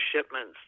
shipments